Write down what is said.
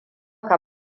ka